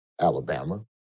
Alabama